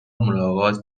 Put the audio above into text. ملاقات